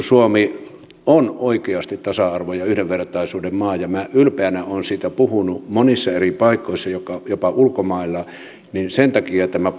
suomi on oikeasti tasa arvon ja yhdenvertaisuuden maa ja minä ylpeänä olen siitä puhunut monissa eri paikoissa jopa ulkomailla niin sen takia tämä